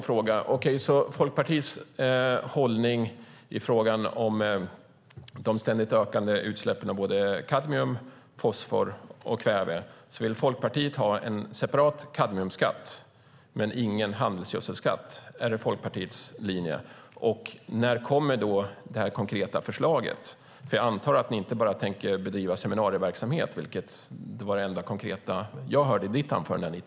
Folkpartiets hållning när det gäller de ständigt ökande utsläppen av kadmium, fosfor och kväve är att man vill ha en separat kadmiumskatt men ingen handelsgödselskatt. Är det Folkpartiets linje? När kommer det konkreta förslaget? Jag antar att ni inte bara tänker bedriva seminarieverksamhet vilket var det enda konkreta jag hörde i anförandet.